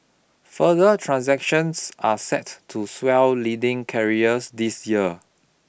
further transactions are set to swell leading carriers this year